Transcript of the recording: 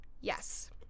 Yes